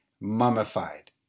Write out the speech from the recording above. mummified